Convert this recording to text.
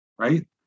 right